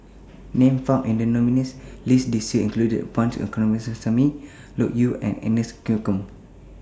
Names found in The nominees' list This Year include Punch Coomaraswamy Loke Yew and Agnes Joaquim